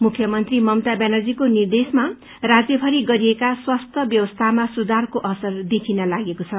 मुख्यमन्त्री ममता व्यानर्जीको निर्देशमा राज्यमरि गरिएका स्वास्थ्य व्यवस्थामा सुधारको असर देखिन लागेको छ